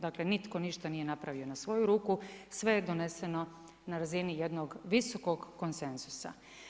Dakle nitko ništa nije napravio na svoju ruku, sve je doneseno na razini jednog visokog konsenzusa.